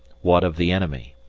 what of the enemy?